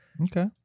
Okay